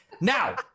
Now